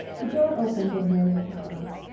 the door opened and mary came out.